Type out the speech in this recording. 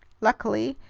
luckily,